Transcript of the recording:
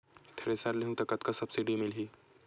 Thresher लेहूं त कतका सब्सिडी मिलही?